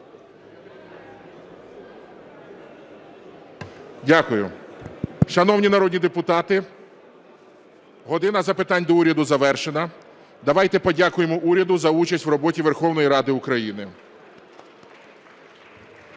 Дякую. Шановні народні депутати, "година запитань до Уряду" завершена. Давайте подякуємо уряду за участь в роботі Верховної Ради України.